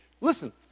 Listen